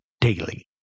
daily